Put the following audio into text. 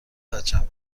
بچم